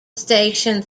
station